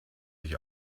sich